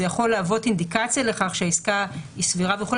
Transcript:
זה יכול להוות אינדיקציה לכך שהעסקה היא סבירה וכו',